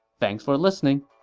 thanks for listening!